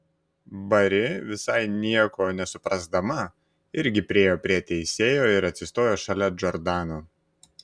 bari visai nieko nesuprasdama irgi priėjo prie teisėjo ir atsistojo šalia džordano